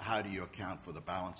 how do you account for the balance